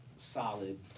solid